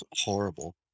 horrible